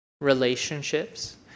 relationships